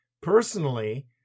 personally